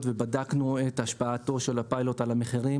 ובדקנו את השפעתו של הפיילוט על המחירים.